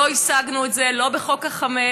לא השגנו את זה לא בחוק החמץ,